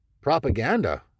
propaganda